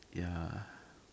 ya